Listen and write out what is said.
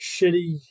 shitty